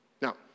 Now